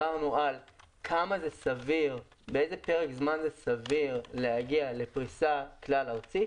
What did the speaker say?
שאלנו באיזה פרק זמן סביר להגיע לפריסה כלל ארצית,